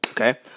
Okay